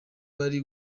bari